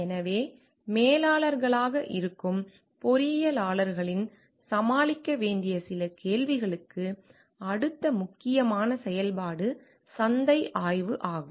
எனவே மேலாளர்களாக இருக்கும் பொறியியலாளர்கள் சமாளிக்க வேண்டிய சில கேள்விகளுக்கு அடுத்த முக்கியமான செயல்பாடு சந்தை ஆய்வு ஆகும்